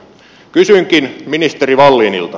kysynkin ministeri wallinilta